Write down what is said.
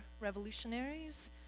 revolutionaries